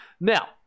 Now